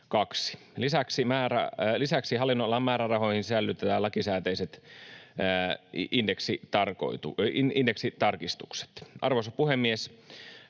Lisäksi hallinnonalan määrärahoihin sisällytetään lakisääteiset indeksitarkistukset. Arvoisa puhemies!